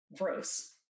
gross